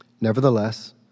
Nevertheless